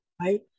right